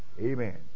Amen